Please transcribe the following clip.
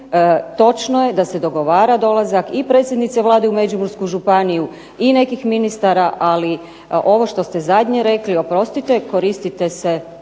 točno je da se dogovara dolazak i predsjednice Vlade u Međimursku županiju i nekih ministara ali ovo što ste zadnje rekli, oprostite se, koristite se